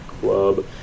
club